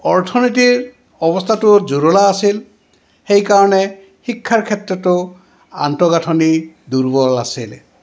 অৰ্থনীতিৰ অৱস্থাটো জুৰুলা আছিল সেইকাৰণে শিক্ষাৰ ক্ষেত্ৰতো আন্তঃগাঁথনি দুৰ্বল আছিলে